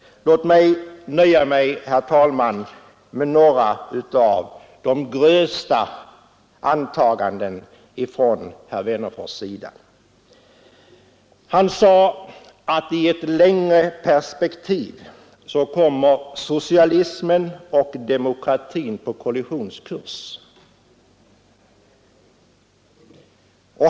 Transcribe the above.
Låt mig, herr talman, nöja mig med att återge några av herr Wennerfors” grövsta antaganden. Han framhöll att i ett längre perspektiv kommer socialismen och demokratin på kollisionskurs.